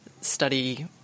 study